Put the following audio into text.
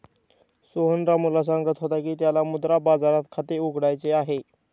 सोहन रामूला सांगत होता की त्याला मुद्रा बाजारात खाते उघडायचे आहे